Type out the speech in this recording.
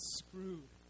screwed